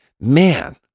man